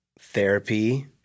therapy